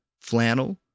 flannel